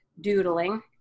doodling